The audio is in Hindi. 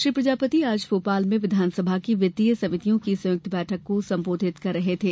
श्री प्रजापति आज भोपाल में विधानसभा की वित्तीय समितियों की संयुक्त बैठक को संबोधित कर रहे थें